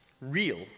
Real